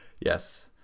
Yes